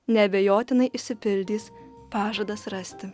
neabejotinai išsipildys pažadas rasti